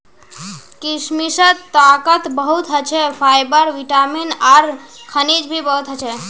किशमिशत ताकत बहुत ह छे, फाइबर, विटामिन आर खनिज भी बहुत ह छे